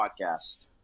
Podcast